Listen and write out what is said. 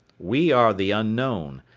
we are the unknown,